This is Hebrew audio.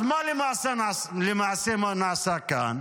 אז מה למעשה נעשה כאן?